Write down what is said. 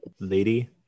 Lady